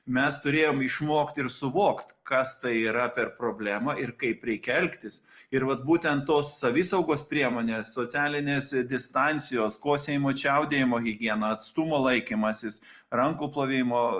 mes turėjom išmokt ir suvokt kas tai yra per problema ir kaip reikia elgtis ir vat būtent tos savisaugos priemonė socialinės distancijos kosėjimo čiaudėjimo higiena atstumo laikymasis rankų plovimo